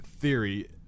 theory